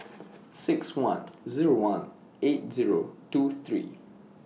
six one Zero one eight Zero two three